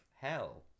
hell